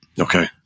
Okay